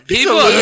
People